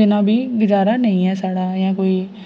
बिना बी गजारा नेईं ऐ साढ़ा ऐ कोई